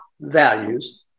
values